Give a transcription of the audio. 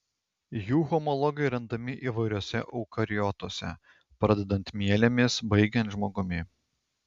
jų homologai randami įvairiuose eukariotuose pradedant mielėmis baigiant žmogumi